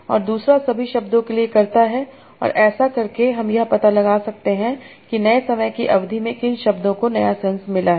और दूसरा सभी शब्दों के लिए करता है और ऐसा करके हम यह पता लगा सकते हैं कि नए समय की अवधि में किन शब्दों को नया सेंस मिला है